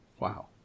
Wow